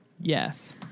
Yes